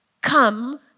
Come